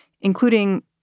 including